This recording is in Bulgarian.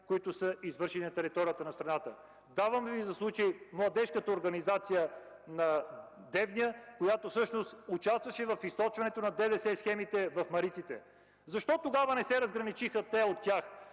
деяния, извършени на територията на страната. Давам Ви за пример младежката организация на Девня, която участваше в източването на ДДС-схемите в Мариците. Защо тогава не се разграничиха те от тях?